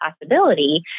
possibility